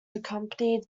accompanied